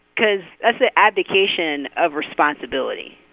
because that's an abdication of responsibility,